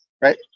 right